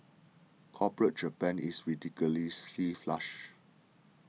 corporate Japan is ridiculously flush